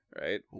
right